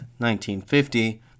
1950